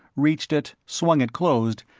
reached it, swung it closed,